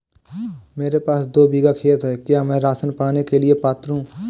मेरे पास दो बीघा खेत है क्या मैं राशन पाने के लिए पात्र हूँ?